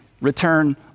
return